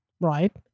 Right